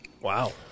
Wow